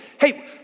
hey